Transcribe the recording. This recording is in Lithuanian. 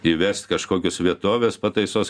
įvest kažkokius vietovės pataisos